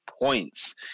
points